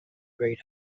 great